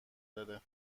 داره